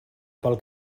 pel